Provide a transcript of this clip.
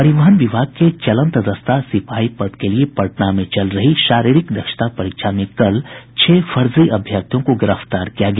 परिवहन विभाग के चलंत दस्ता सिपाही पद के लिए पटना में चल रही शारीरिक दक्षता परीक्षा में कल छह फर्जी अभ्यर्थियों को गिरफ्तार किया गया